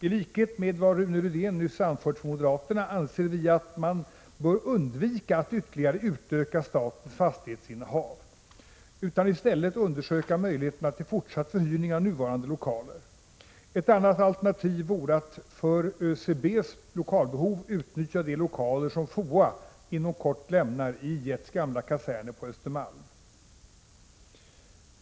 I likhet med vad Rune Rydén nyss har anfört för moderaterna, anser vi att man bör undvika att ytterligare utöka statens fastighetsinnehav. I stället bör man undersöka möjligheterna till fortsatt förhyrning av nuvarande lokaler. Ett annat alternativ vore att för SCB:s lokalbehov utnyttja de lokaler som FOA inom kort lämnar i I1:s gamla kaserner på Östermalm.